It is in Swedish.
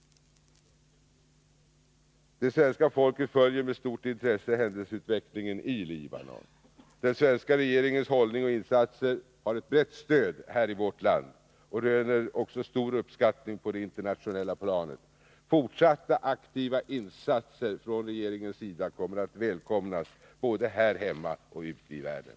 Det svenska folket följer med stort intresse händelseutvecklingen i Libanon. Den svenska regeringens hållning och insatser har brett stöd här i vårt land och röner också stor uppskattning på det internationella planet. Fortsatta aktiva insatser från regeringens sida kommer att välkomnas både här hemma och ute i världen.